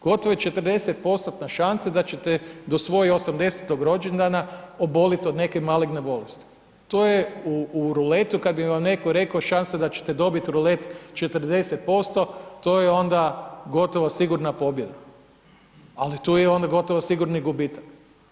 Gotovo je 40%-na šansa da će te do svojeg osamdesetog rođendana oboliti od neke maligne bolesti, to je u ruletu kad bi vam netko rekao šansa da će te dobiti rulet 40%, to je onda gotovo sigurna pobjeda, ali tu je onda i gotovo siguran gubitak.